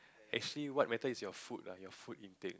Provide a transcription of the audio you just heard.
actually what matters is your food ah your food intake